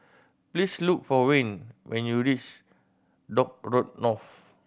please look for Wayne when you reach Dock Road North